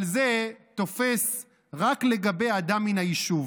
אבל זה תופס רק לגבי אדם מן היישוב.